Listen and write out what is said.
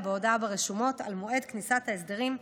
בהודעה ברשומות על מועד כניסת ההסדרים לתוקף.